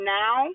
now